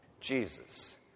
Jesus